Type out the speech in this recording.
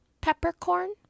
peppercorn